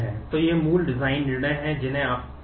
तो ये मूल डिजाइन निर्णय हैं जिन्हें आपको बनाने की आवश्यकता है